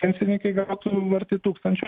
pensininkai gautų arti tūkstančio